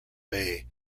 bay